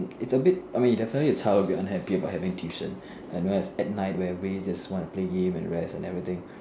it's a bit I mean it definitely a child will be unhappy about having tuition it no is at night where everybody just wanna play game and rest and everything